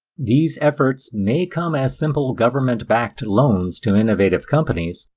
these efforts may come as simple government-backed loans to innovating companies,